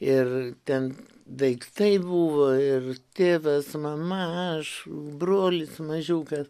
ir ten daiktai buvo ir tėvas mama aš brolis mažiukas